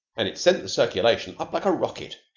and it's sent the circulation up like a rocket.